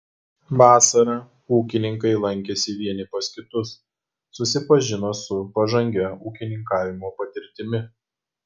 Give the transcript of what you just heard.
vasarą ūkininkai lankėsi vieni pas kitus susipažino su pažangia ūkininkavimo patirtimi